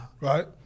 Right